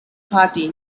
party